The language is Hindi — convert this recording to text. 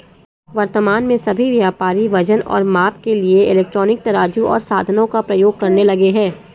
वर्तमान में सभी व्यापारी वजन और माप के लिए इलेक्ट्रॉनिक तराजू ओर साधनों का प्रयोग करने लगे हैं